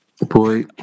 Boy